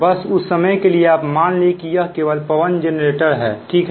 बस उस समय के लिए आप मान लें कि यह केवल विंड जेनरेटर है ठीक है